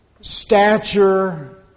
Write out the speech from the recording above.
stature